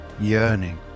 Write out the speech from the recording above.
yearning